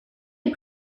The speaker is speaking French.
est